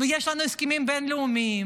ויש לנו הסכמים בין-לאומיים,